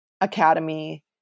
academy